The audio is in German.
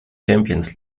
champions